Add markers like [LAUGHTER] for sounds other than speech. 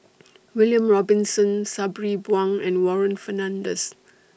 [NOISE] William Robinson Sabri Buang and Warren Fernandez